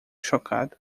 chocado